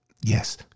Yes